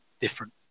different